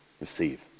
receive